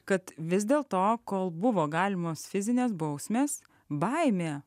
kad vis dėlto kol buvo galimos fizinės bausmės baimė